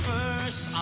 First